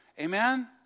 Amen